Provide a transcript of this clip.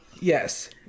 Yes